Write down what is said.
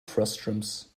frustums